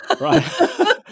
Right